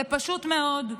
זה פשוט מאוד.